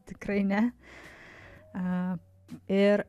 tikrai ne a ir